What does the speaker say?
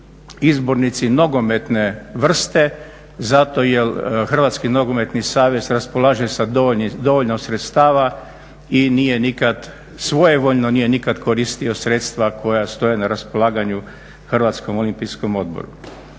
izbornici nogometne vrste, zato jer Hrvatski nogometni savez raspolaže sa dovoljno sredstava i nije nikada svojevoljno nije nikada koristio sredstva koja stoje na raspolaganju Hrvatskom olimpijskom odboru.